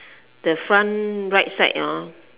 the front right side hor